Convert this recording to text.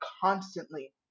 constantly